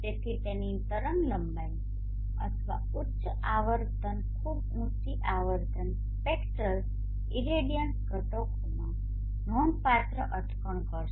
તેથી નીચી તરંગલંબાઇ અથવા ઉચ્ચ આવર્તન ખૂબ ઉંચી આવર્તન સ્પેક્ટ્રલ ઇરેડિયન્સ ઘટકોમાં નોંધપાત્ર અટકણ હશે